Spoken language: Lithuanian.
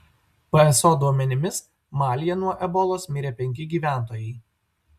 pso duomenimis malyje nuo ebolos mirė penki gyventojai